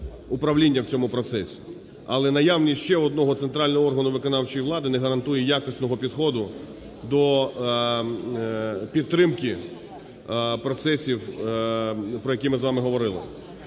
управління в цьому процесі. Але наявність ще одного центрального органу виконавчої влади не гарантує якісного підходу до підтримки процесів, про які ми з вами говорили.